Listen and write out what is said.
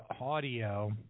audio